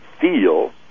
feel